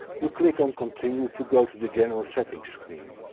you click on continue to go to the general settings screen.